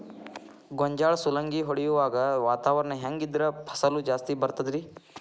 ಗೋಂಜಾಳ ಸುಲಂಗಿ ಹೊಡೆಯುವಾಗ ವಾತಾವರಣ ಹೆಂಗ್ ಇದ್ದರ ಫಸಲು ಜಾಸ್ತಿ ಬರತದ ರಿ?